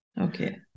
Okay